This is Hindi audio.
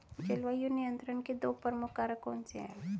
जलवायु नियंत्रण के दो प्रमुख कारक कौन से हैं?